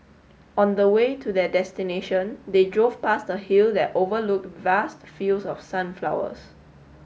on the way to their destination they drove past a hill that overlooked vast fields of sunflowers